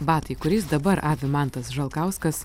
batai kuriais dabar avi mantas žalkauskas